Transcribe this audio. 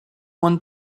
moins